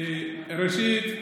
ראשית,